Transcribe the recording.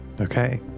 Okay